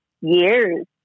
years